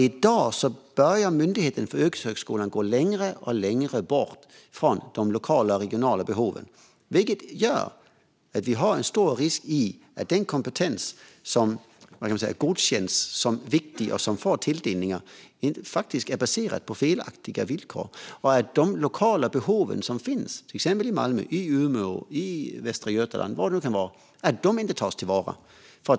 I dag börjar Myndigheten för yrkeshögskolan gå längre och längre bort från de lokala och regionala behoven, vilket gör att det finns stor risk för att kompetens faktiskt godkänns som viktig och får tilldelningar baserat på felaktiga villkor och att de lokala behov som finns, till exempel i Malmö, Umeå och Västra Götaland, inte tillgodoses.